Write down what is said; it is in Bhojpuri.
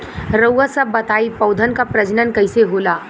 रउआ सभ बताई पौधन क प्रजनन कईसे होला?